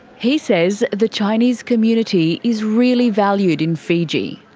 he says the chinese community is really valued in fiji.